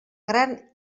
gran